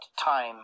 time